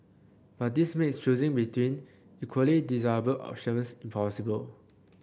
but this makes choosing between equally desirable options impossible